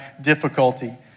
difficulty